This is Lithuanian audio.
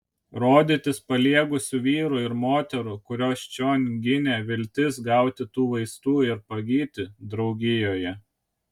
rodytis paliegusių vyrų ir moterų kuriuos čion ginė viltis gauti tų vaistų ir pagyti draugijoje